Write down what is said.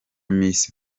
miss